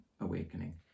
awakening